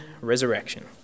resurrection